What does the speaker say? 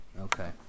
Okay